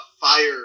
fire